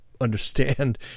understand